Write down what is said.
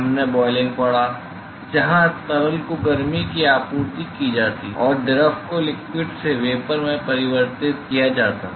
हमने बोईलिंग पढ़ा जहां तरल को गर्मी की आपूर्ति की जाती है और द्रव को लिक्विड से वेपर में परिवर्तित किया जाता है